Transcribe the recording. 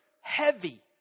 heavy